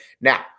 Now